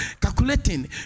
calculating